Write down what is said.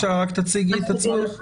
יש בעיות כוח אדם, תשתית וגם טעויות רבות.